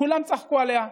כולם צחקו עליה.